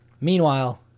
meanwhile